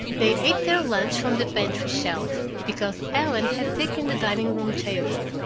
they ate their lunch from the pantry shelf, because ellen had taken the dining-room table.